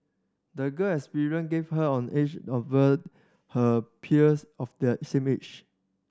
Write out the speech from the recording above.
the girl experience gave her an edge over her peers of the same age